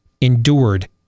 endured